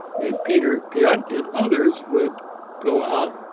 and peter piot and others would go out,